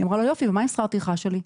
היא אמרה לו, יופי, ומה עם שכר טרחה שלי?